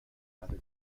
rather